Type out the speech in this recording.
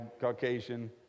Caucasian